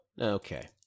okay